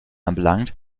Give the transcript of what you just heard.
anbelangt